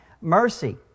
Mercy